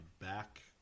back